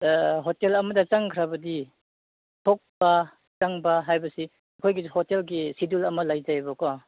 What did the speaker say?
hotel ꯑꯃꯗ ꯆꯪꯈ꯭ꯔꯕꯗꯤ ꯊꯣꯛꯄ ꯆꯪꯕ ꯍꯥꯏꯕꯁꯤ ꯑꯩꯈꯣꯏꯒꯤ ꯍꯣꯇꯦꯜꯗꯤ ꯁꯦꯗꯨꯜ ꯑꯃ ꯂꯩꯖꯩꯌꯦꯕꯀꯣ